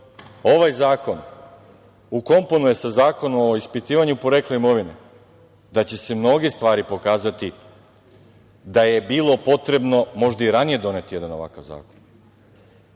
ovaj zakon ukomponuje sa Zakonom o ispitivanju porekla imovine, mnoge stvari pokazati da je bilo potrebno možda i ranije doneti jedan ovakav zakon.